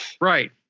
Right